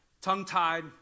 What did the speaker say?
tongue-tied